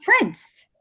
prince